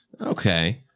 Okay